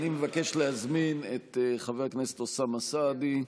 אני מבקש להזמין את חבר הכנסת אוסאמה סעדי.